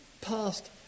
past